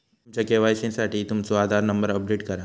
तुमच्या के.वाई.सी साठी तुमचो आधार नंबर अपडेट करा